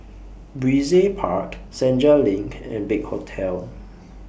Brizay Park Senja LINK and Big Hotel